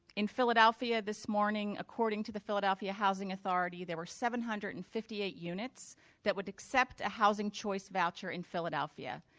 in philadelphia this morning according to the philadelphia housing authority there were seven hundred and fifty eight units that would accept a housing choice voucher in philadelphia.